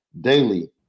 daily